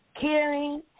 caring